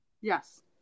Yes